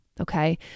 okay